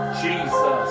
Jesus